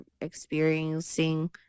experiencing